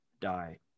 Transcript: die